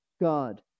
God